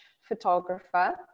photographer